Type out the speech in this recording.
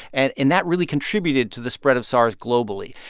and and that really contributed to the spread of sars globally.